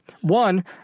One